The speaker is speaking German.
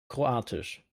kroatisch